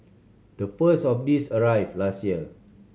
the first of these arrived last year